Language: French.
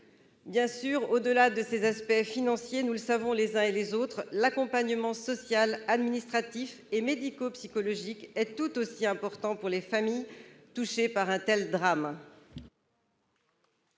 soutien. Au-delà de ces aspects financiers, nous le savons tous, l'accompagnement social, administratif et médico-psychologique est tout aussi important pour les familles touchées par un tel drame.